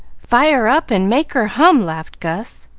fire up and make her hum! laughed gus,